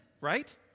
right